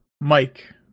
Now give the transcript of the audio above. Mike